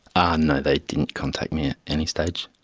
ah no, they didn't contact me at any stage.